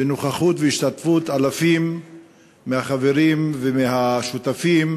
בנוכחות ובהשתתפות אלפים מהחברים ומהשותפים.